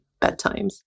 bedtimes